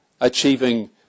achieving